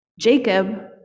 Jacob